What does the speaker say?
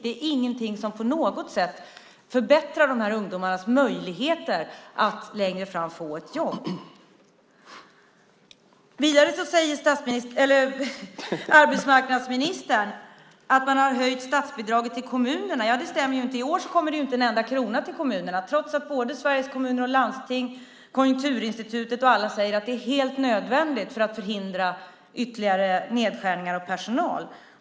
Det är ingenting som på något sätt förbättrar de här ungdomarnas möjligheter att längre fram få ett jobb. Vidare säger arbetsmarknadsministern att man har höjt statsbidraget till kommunerna. Det stämmer ju inte. I år kommer det inte en enda krona till kommunerna, trots att Sveriges Kommuner och Landsting, Konjunkturinstitutet och alla säger att det är helt nödvändigt för att förhindra ytterligare nedskärningar av personal.